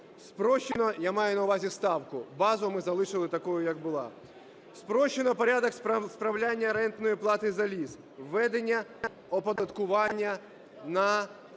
Спрощено порядок справляння рентної плати за ліс, введення оподаткування на